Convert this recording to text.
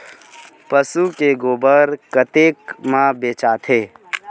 पशु के गोबर कतेक म बेचाथे?